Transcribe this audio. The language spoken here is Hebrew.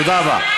תודה רבה.